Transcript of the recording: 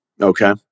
Okay